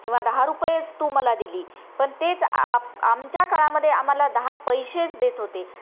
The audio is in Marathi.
किंवा दहा रुपयेच तू मला दिली पण तेच आ आमच्या काळामध्ये आम्हाला दहा पैसेच देत होते